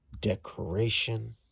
decoration